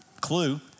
Clue